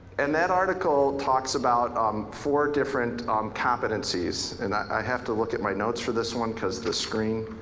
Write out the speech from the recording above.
and that article talks about um four different competencies. and i have to look at my notes for this one cause the screen,